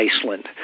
Iceland